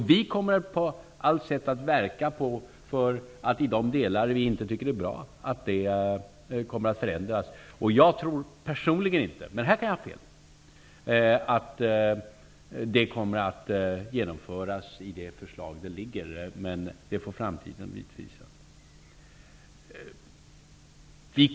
Vi kommer att på allt sätt, som vi har gjort hittills, verka för att det förändras i de delar vi inte tycker är bra. Personligen tror jag inte -- här kan jag dock ha fel -- att det kommer att genomföras, som förslaget är framlagt. Men det får framtiden utvisa.